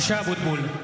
(קורא בשמות חברי הכנסת) משה אבוטבול,